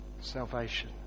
salvation